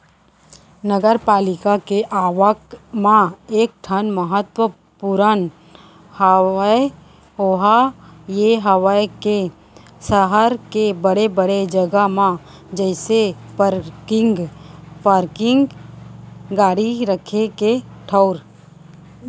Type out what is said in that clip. नगरपालिका के आवक म एक ठन महत्वपूर्न हवय ओहा ये हवय के सहर के बड़े बड़े जगा म जइसे पारकिंग गाड़ी रखे के ठऊर